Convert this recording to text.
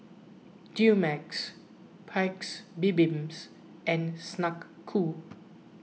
Dumex Paik's Bibim and Snek Ku